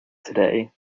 today